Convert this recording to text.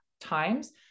times